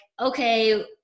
okay